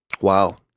Wow